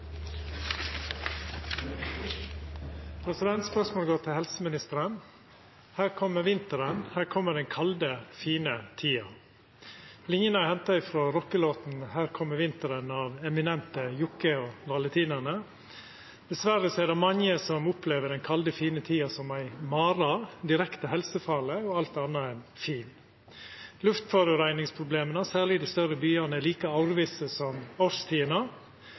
henta ifrå rockelåta «Her kommer vinteren» av eminente Jokke & Valentinerne. Dessverre er det mange som opplever den kalde, fine tida som ei mare, direkte helsefarleg og alt anna enn fin. Luftforureiningsproblema, særleg i dei større byane, er like årvisse som